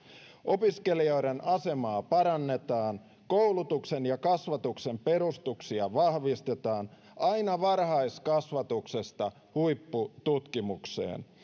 opiskelijoiden asemaa parannetaan koulutuksen ja kasvatuksen perustuksia vahvistetaan aina varhaiskasvatuksesta huippututkimukseen